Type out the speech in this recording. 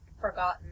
forgotten